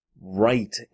right